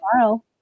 tomorrow